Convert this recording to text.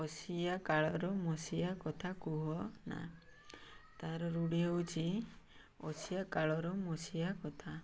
ଅସିଆ କାଳର ମସିଆ କଥା କୁହ ନା ତାର ରୂଢ଼ି ହଉଛି ଅସିଆ କାଳର ମସିଆ କଥା